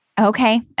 Okay